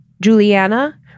Juliana